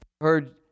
heard